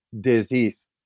disease